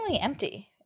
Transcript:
empty